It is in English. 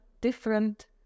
different